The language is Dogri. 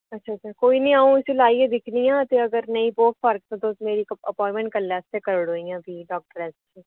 अच्छ अच्छा कोई निं अ'ऊं इस्सी लाइयै दिक्खनी आं ते अगर नेईं पौह्ग फर्क ते तुस मेरी इक अपाइंटमेंट कल्ले आस्तै करी ओड़ो इ'यां फ्ही डाक्टरै श